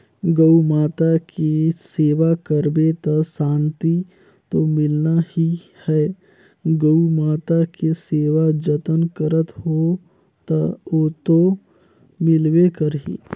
गउ माता के सेवा करबे त सांति तो मिलना ही है, गउ माता के सेवा जतन करत हो त ओतो मिलबे करही